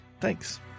Thanks